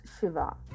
Shiva